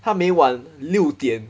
他每晚六点